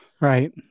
Right